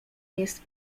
jest